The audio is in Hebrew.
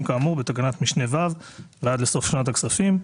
כאמור בתקנת משנה (ו) ועד לסוף שנת הכספים.